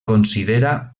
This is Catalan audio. considera